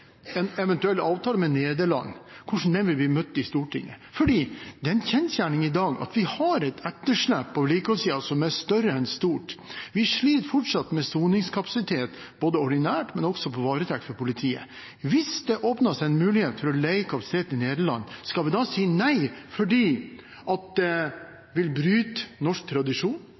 en eventuell avtale med Nederland, og hvordan den vil bli møtt i Stortinget. Det er en kjensgjerning i dag at vi har et etterslep på vedlikeholdssiden som er større enn stort. Vi sliter fortsatt med soningskapasitet, både ordinært og med hensyn til varetekt for politiet. Hvis det åpner seg en mulighet for å leie kapasitet i Nederland, skal vi da si nei fordi det vil bryte med norsk tradisjon?